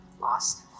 Lost